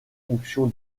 fonction